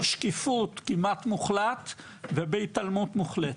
שקיפות כמעט מוחלט ובהתעלמות מוחלטת.